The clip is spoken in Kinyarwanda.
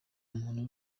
umuntu